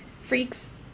Freaks